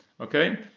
Okay